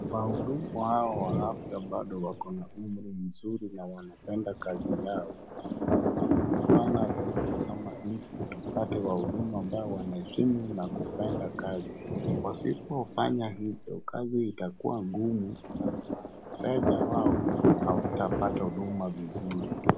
Wahudumu hawa wa afya bado wakona umri mzuri na wanapenda kazi yao. Ni muhimu sana sisi kama nchi tupate wahudumu ambao wanaheshimu na kupenda kazi. Wasipofanya hivyo, kazi itakuwa ngumu na wateja wao hawatapata huduma vizuri.